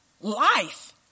life